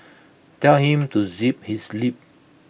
tell him to zip his lip